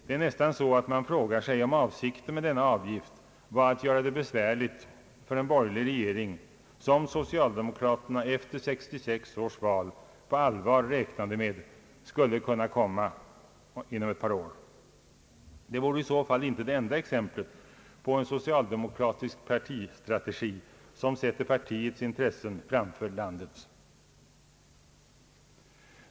Det är nästan så att man frågar sig om avsikten med denna avgift var att göra det besvärligt för en borgerlig regering som socialdemokraterna efter 1966 års val på allvar räknade med skulle kunna komma att träda till efter ett par år. Det vore i så fall inte det enda exemplet på en socialdemokratisk partistrategi som sätter partiets intressen framför landets.